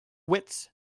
wits